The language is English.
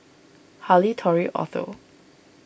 Harley Tory Otho